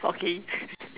okay